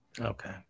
Okay